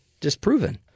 disproven